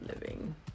Living